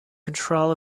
control